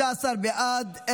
15 בעד.